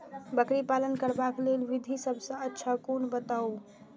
बकरी पालन करबाक लेल विधि सबसँ अच्छा कोन बताउ?